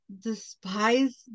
despise